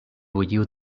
bulliu